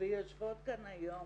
ויושבות כאן היום